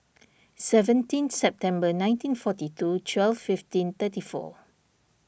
seventeen September nineteen forty two twelve fifteen thirty four